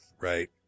right